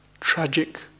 tragic